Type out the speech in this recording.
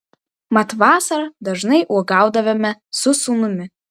mat vasarą dažnai uogaudavome su sūnumi